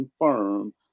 confirm